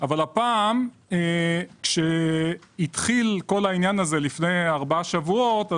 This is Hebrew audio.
אבל הפעם כשהתחיל העניין הזה לפני כמה שבועות,